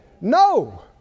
No